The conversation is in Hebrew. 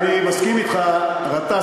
גטאס,